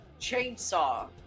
chainsaw